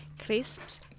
crisps